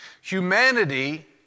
Humanity